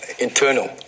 internal